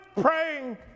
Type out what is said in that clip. praying